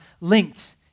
linked